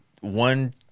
one